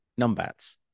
numbats